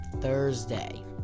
thursday